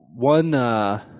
One